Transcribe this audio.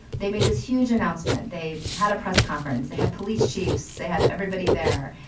they made this huge announcement. they had a press conference. they had police chiefs. they had everybody there.